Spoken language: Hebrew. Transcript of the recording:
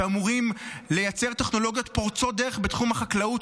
שאמורים לייצר טכנולוגיות פורצות דרך בתחום החקלאות.